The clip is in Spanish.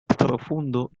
profundo